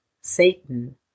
Satan